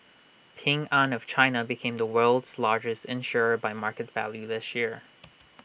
Ping an of China became the world's largest insurer by market value this year